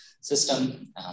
system